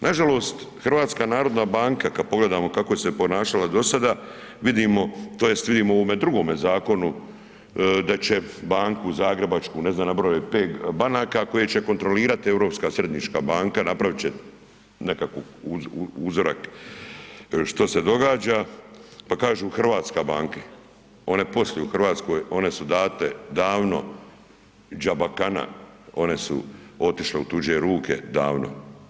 Nažalost, HNB kada pogledamo kako je se ponašala do sada vidimo tj. vidimo u ovome drugome zakonu da će banku Zagrebačku, ne znam nabrojao je pet banaka koje će kontrolirati Europska središnja banka, napravit će nekakav uzorak što se događa, pa kažu hrvatske banke, one posluju u Hrvatskoj, one su date davno džabakana one su otišle u tuđe ruke davno.